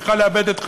צריכה לאבד את חייה?